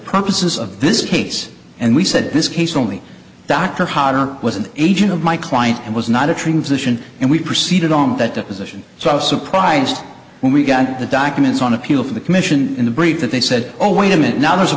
purposes of this case and we said this case only dr harder was an agent of my client and was not a transition and we proceeded on that deposition so i was surprised when we got the documents on appeal from the commission in the brief that they said oh wait a minute now there's a